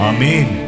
Amen